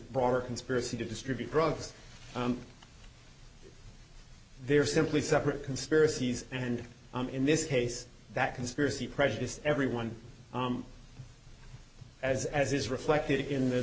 broader conspiracy to distribute drugs they're simply separate conspiracies and i'm in this case that conspiracy prejudice everyone as as is reflected in th